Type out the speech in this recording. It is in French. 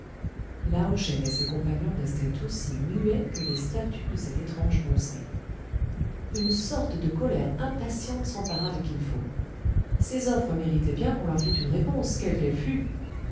lao shen et ses compagnons restaient aussi muets que les statues de cette étrange bonzerie une sorte de colère impatiente s'empara de kin fo ses offres méritaient bien qu'on leur fit une réponse quelle qu'elle fût